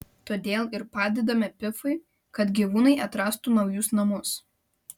todėl ir padedame pifui kad gyvūnai atrastų naujus namus